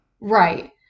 Right